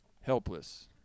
Helpless